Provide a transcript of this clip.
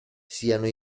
siano